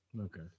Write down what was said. Okay